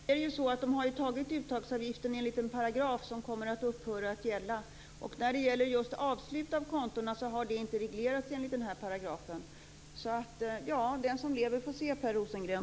Herr talman! Bankerna har ju tagit ut uttagsavgiften enligt en paragraf som kommer att upphöra att gälla. Just avslut av kontona har inte reglerats enligt den här paragrafen. Den som lever får se, Per Rosengren.